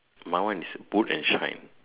my one is boot and shine